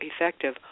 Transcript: effective